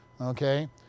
Okay